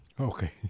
okay